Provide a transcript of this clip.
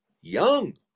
young